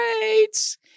greats